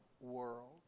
world